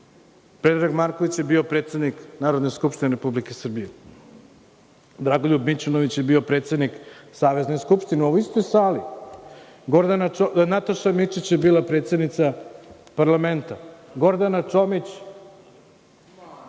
Predrag Marković je bio predsednik Narodne skupštine Republike Srbije, Dragoljub Mićunović je bio predsednik Savezne skupštine u istoj sali, Nataša Mićić je bila predsednica parlamenta, Gordana Čomić,